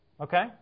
Okay